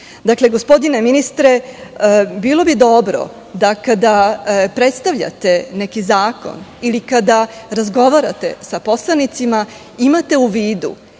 prekršajima. Gospodine ministre, bilo bi dobro da, kada predstavljate neki zakon ili kada razgovarate sa poslanicima, imate u vidu